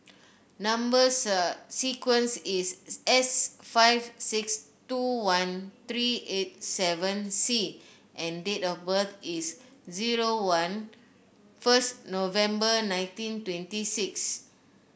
number sir sequence is S five six two one three eight seven C and date of birth is zero one first November nineteen twenty six